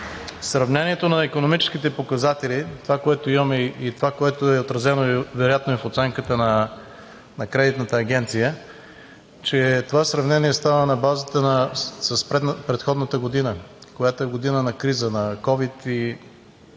сравнението на икономическите показатели – това, което имам, и това, което е отразено вероятно и в оценката на кредитната агенция, е, че това сравнение става на база с предходната година, която е година на криза на ковид и